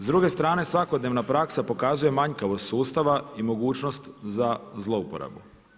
S druge strane svakodnevna praksa pokazuje manjkavost sustava i mogućnost za zlouporabu.